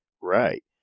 Right